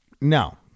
No